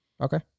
Okay